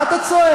מה אתה צועק?